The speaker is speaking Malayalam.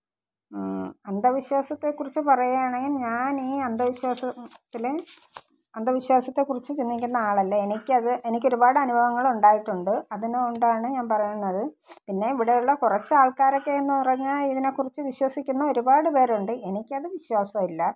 അന്ധവിശ്വാസത്തെക്കുറിച്ച് പറയുവാണെങ്കിൽ ഞാൻ ഈ അന്ധവിശ്വാസ ത്തിലെ അന്ധവിശ്വാസത്തെക്കുറിച്ച് ചിന്തിയ്ക്കുന്ന ആളല്ല എനിയ്ക്കത് എനിയ്ക്ക് ഒരുപാടാനുഭവങ്ങളുണ്ടായിട്ടുണ്ട് അതിന് കൊണ്ടാണ് ഞാൻ പറയുന്നത് പിന്നെ ഇവിടെ ഉള്ള കുറച്ചാൾക്കാരൊക്കെ എന്ന് പറഞ്ഞാൽ ഇതിനെക്കുറിച്ച് വിശ്വസിയ്ക്കുന്ന ഒരുപാട് പേരുണ്ട് എനിയ്ക്കത് വിശ്വാസമില്ല